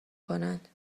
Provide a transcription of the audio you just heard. کنند